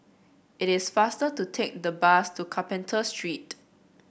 it is faster to take the bus to Carpenter Street